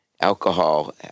alcohol